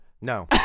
no